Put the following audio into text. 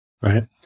right